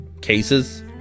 cases